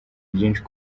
byinshi